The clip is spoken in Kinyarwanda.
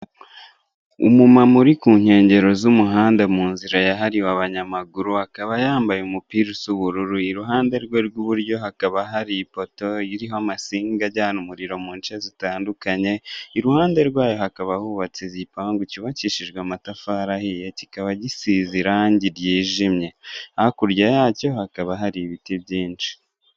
Umumama uri ku nkengero z'umuhanda mu nzira yahariwe abanyamaguru, akaba yambaye umupira usa ubururu, iruhande rwe rw'iburyo hakaba hari ipoto iriho amasinga ajyana umuriro mu nce zitandukanye, iruhande rwayo hakaba hubatse igipangu cyubakishijwe amatafari ahiye, kikaba gisize irangi ryijimye. Hakurya yacyo hakaba hari ibiti byinshi.